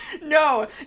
No